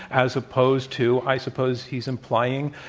as opposed to, i suppose, he's implying